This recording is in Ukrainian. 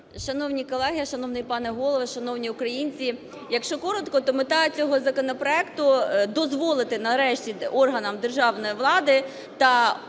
Шановні колеги, шановний пане Голово, шановні українці! Якщо коротко, то мета цього законопроекту дозволити нарешті органам державної влади та посадовим